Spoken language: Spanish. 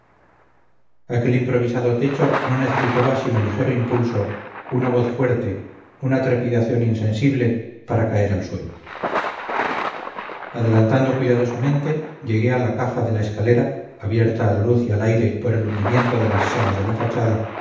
aquel improvisado techo no necesitaba sino ligero impulso una voz fuerte una trepidación insensible para caer al suelo adelantando cuidadosamente llegué a la caja de la escalera abierta a la luz y al aire por el hundimiento de las salas de la fachada